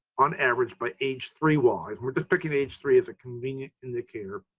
on average, by age three walleye, we're just picking age three as a convenient indicator.